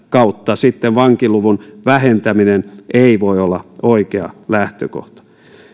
kautta sitten vankiluvun vähentäminen ei voi olla oikea lähtökohta